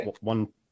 one